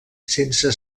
sense